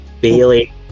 Bailey